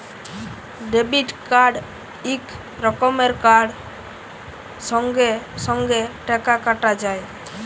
debit card ইক রকমের card সঙ্গে সঙ্গে টাকা কাটা যায়